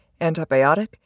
antibiotic